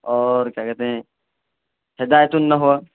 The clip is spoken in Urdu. اور کیا کہتے ہیں ہدایت النحو